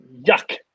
Yuck